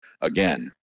again